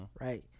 right